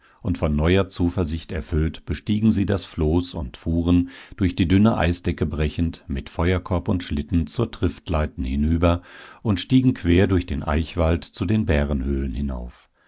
und von neuer zuversicht erfüllt bestiegen sie das floß und fuhren durch die dünne eisdecke brechend mit feuerkorb und schlitten zur triftleiten hinüber und stiegen quer durch den eichwald zu den bärenhöhlen hinauf